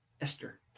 Esther